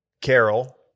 Carol